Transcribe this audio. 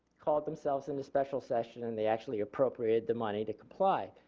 called themselves into special session and they actually appropriated the money to comply.